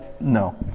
no